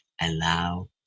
Allow